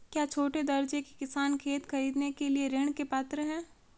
क्या छोटे दर्जे के किसान खेत खरीदने के लिए ऋृण के पात्र हैं?